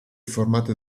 formate